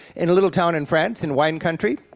in a little town in france, in wine country,